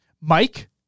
Mike